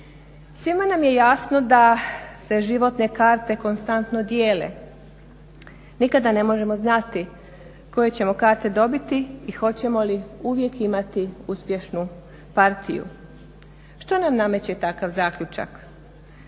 Svima nam je jasno da se životne karte konstantno dijele. Nikada ne možemo znati koje ćemo karte dobiti i hoćemo li uvijek imati uspješnu partiju. Što nam nameće takav zaključak?